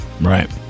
Right